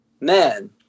Man